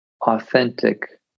authentic